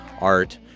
art